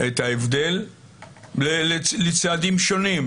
את ההבדל לצעדים שונים,